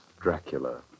Dracula